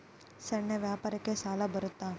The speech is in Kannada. ಸಣ್ಣ ವ್ಯಾಪಾರಕ್ಕ ಸಾಲ ಬರುತ್ತಾ?